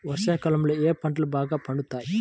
వర్షాకాలంలో ఏ పంటలు బాగా పండుతాయి?